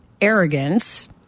arrogance